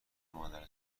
مادر